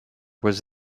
was